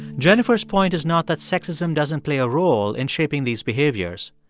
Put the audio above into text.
jennifer's point is not that sexism doesn't play a role in shaping these behaviors.